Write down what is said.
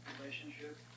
Relationship